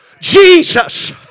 Jesus